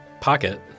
Pocket